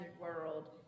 world